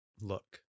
look